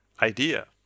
idea